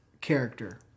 character